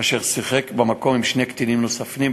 אשר שיחק במקום עם שני קטינים נוספים,